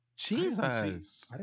Jesus